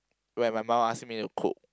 when my mom ask me to cook